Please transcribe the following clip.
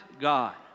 God